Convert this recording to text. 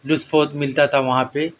لطف بہت ملتا تھا وہاں پہ